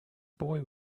boy